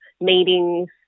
meetings